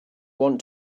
want